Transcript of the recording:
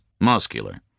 muscular